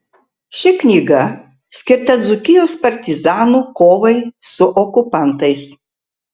ši knyga skirta dzūkijos partizanų kovai su okupantais